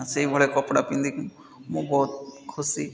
ଆଉ ସେଇଭଳିଆ କପଡ଼ା ପିନ୍ଧିକି ମୁଁ ବହୁତ ଖୁସି